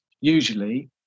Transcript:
Usually